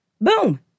Boom